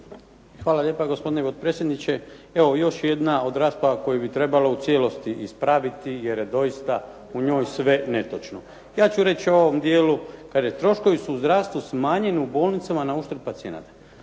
Hvala lijepo, gospodine potpredsjedniče. Evo, još jedna od rasprava koju bi trebalo u cijelosti ispraviti jer je doista u njoj sve netočno. Ja ću reći u ovom dijelu, kaže troškovi su u zdravstvu smanjeni u bolnicama na uštrb pacijenata.